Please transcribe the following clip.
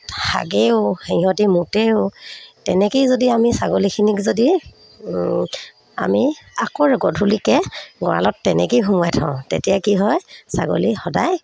হাগেও সিহঁতি মুতেও তেনেকেই যদি আমি ছাগলীখিনিক যদি আমি আকৌ গধূলিকৈ গঁৰালত তেনেকেই সোমোৱাই থওঁ তেতিয়া কি হয় ছাগলী সদায়